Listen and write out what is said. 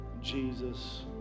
Jesus